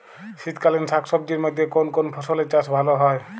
শীতকালীন শাকসবজির মধ্যে কোন কোন ফসলের চাষ ভালো হয়?